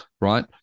right